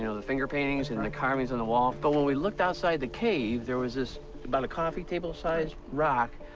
you know the finger paintings the carvings in the wall. but when we looked outside the cave, there was this about a coffee table-sized rock,